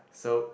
so